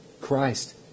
Christ